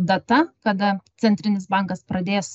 data kada centrinis bankas pradės